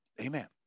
Amen